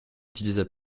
utilisa